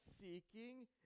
seeking